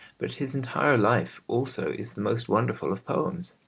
but his entire life also is the most wonderful of poems.